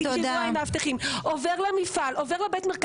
עובר לבית מרקחת.